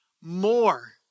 more